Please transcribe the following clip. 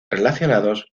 relacionados